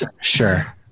Sure